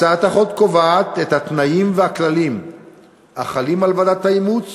הצעת החוק קובעת את התנאים והכללים החלים על ועדת האימוץ